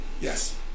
Yes